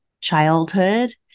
childhood